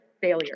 failure